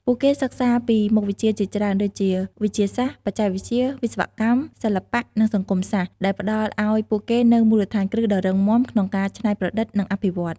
ពួកគេសិក្សាពីមុខវិជ្ជាជាច្រើនដូចជា វិទ្យាសាស្ត្រ បច្ចេកវិទ្យា វិស្វកម្ម សិល្បៈ និងសង្គមសាស្ត្រ ដែលផ្ដល់ឱ្យពួកគេនូវមូលដ្ឋានគ្រឹះដ៏រឹងមាំក្នុងការ ច្នៃប្រឌិត និងអភិវឌ្ឍ។